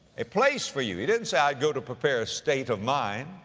a place for you. he didn't say, i go to prepare a state of mind.